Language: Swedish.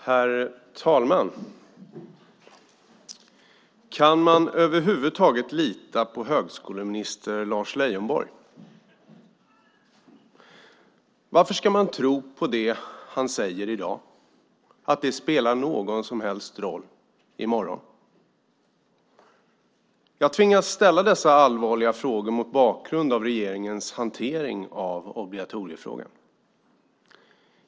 Herr talman! Kan man över huvud taget lita på högskoleminister Lars Leijonborg? Varför ska man tro att det han säger i dag spelar någon som helst roll i morgon? Jag tvingas ställa dessa allvarliga frågor mot bakgrund av regeringens hantering av kårobligatoriefrågan.